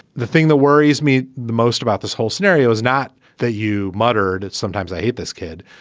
the thing that worries me the most about this whole scenario is not that you muttered. sometimes i hate this kid,